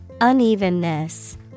Unevenness